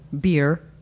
Beer